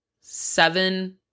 seven